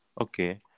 Okay